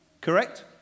Correct